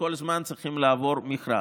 שכל הזמן צריכות לעבור מכרז.